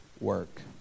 work